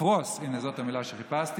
לפרוס, הינה, זאת המילה שחיפשתי.